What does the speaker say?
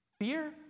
Fear